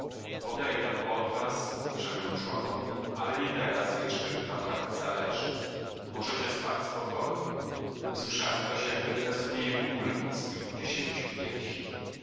odejdę od was rzekłem już łagodniej ale nie teraz jeszcze gdy wam tak zależy możecie spać spokojnie usłyszałem coś jakby westchnienie ulgi z kilkudziesięciu piersi